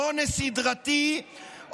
אונס סדרתי,